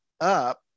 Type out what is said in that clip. up